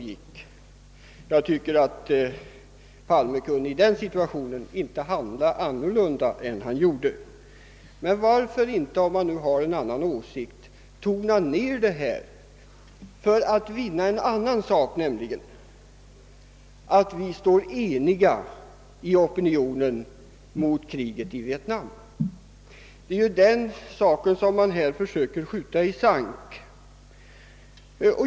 Statsrådet Palme kunde i den situationen knappast handla på annat sätt än han gjorde. Men varför kan inte de som har en annan åsikt tona ned debatten i denna fråga? Härigenom skulle man vinna enighet i opinionen mot kriget i Vietnam. Det är denna enighet oppositionen nu försöker splittra.